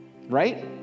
right